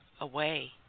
away